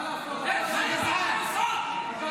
תתבייש לך.